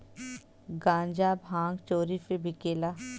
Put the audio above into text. गांजा भांग चोरी से बिकेला